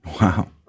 Wow